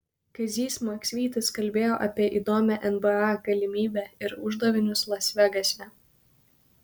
kazys maksvytis kalbėjo apie įdomią nba galimybę ir uždavinius las vegase